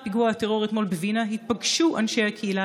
לאחר פיגוע הטרור בווינה אתמול התבקשו אנשי הקהילה